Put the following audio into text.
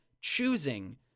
Choosing